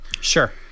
Sure